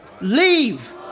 leave